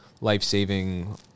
life-saving